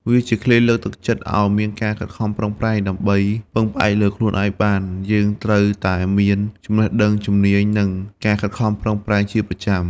វាជាឃ្លាលើកទឹកចិត្តឲ្យមានការខិតខំប្រឹងប្រែង ដើម្បីពឹងផ្អែកលើខ្លួនឯងបាន យើងត្រូវតែមាន ចំណេះដឹង ជំនាញ និង ការខិតខំប្រឹងប្រែង ជាប្រចាំ។